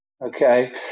Okay